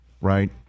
Right